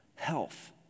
health